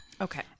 okay